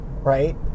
right